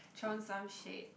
throwing some shade